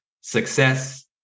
success